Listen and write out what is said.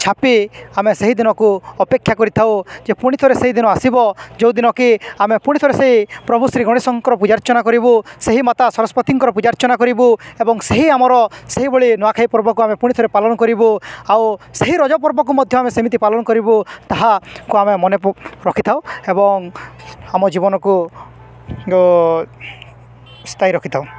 ଛାପି ଆମେ ସେହିଦିନକୁ ଅପେକ୍ଷା କରିଥାଉ ଯେ ପୁଣିଥରେ ସେଇଦିନ ଆସିବ ଯେଉଁଦିନ କି ଆମେ ପୁଣିଥରେ ସେଇ ପ୍ରଭୁ ଶ୍ରୀ ଗଣେଶଙ୍କର ପୂଜାର୍ଚ୍ଚନା କରିବୁ ସେହି ମାତା ସରସ୍ଵତୀଙ୍କର ପୂଜାର୍ଚ୍ଚନା କରିବୁ ଏବଂ ସେହି ଆମର ସେହିଭଳି ନୂଆଖାଇ ପର୍ବକୁ ଆମେ ପୁଣିଥରେ ପାଳନ କରିବୁ ଆଉ ସେହି ରଜ ପର୍ବକୁ ମଧ୍ୟ ଆମେ ସେମିତି ପାଳନ କରିବୁ ତାହାକୁ ଆମେ ମନେ ରଖିଥାଉ ଏବଂ ଆମ ଜୀବନକୁ ସ୍ଥାୟୀ ରଖିଥାଉ